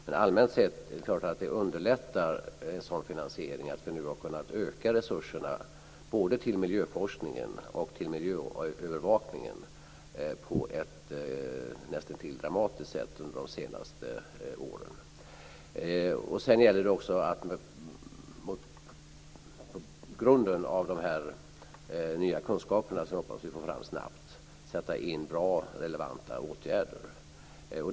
Men allmänt sett är det klart att det underlättar för en sådan finansiering att vi har kunnat öka resurserna både till miljöforskningen och till miljöövervakningen på ett näst intill dramatiskt sätt under de senaste åren. Sedan gäller det också att på grundval av de nya kunskaper som vi hoppas få fram snabbt sätta in bra, relevanta åtgärder.